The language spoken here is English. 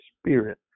spirit